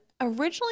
originally